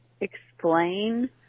explain